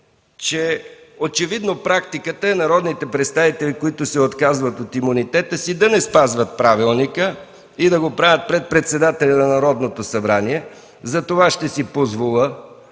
очевидно практиката е народните представители, които се отказват от имунитета си, да не спазват правилника – да го правят пред председателя на Народното събрание. Затова ще си позволя